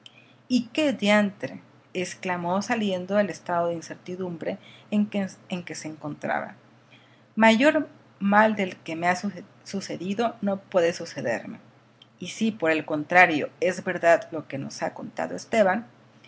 y qué diantre exclamó saliendo del estado de incertidumbre en que se encontraba mayor mal del que me ha sucedido no puede sucederme y si por el contrario es verdad lo que nos ha contado esteban